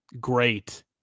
Great